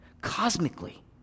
Cosmically